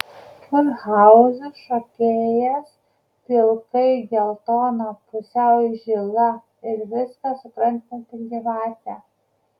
kurhauzų šokėjas pilkai geltona pusiau žila ir viską suprantanti gyvatė